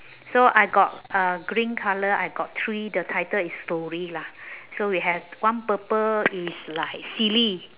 so I got uh green colour I got three the title is story lah so we have one purple is like silly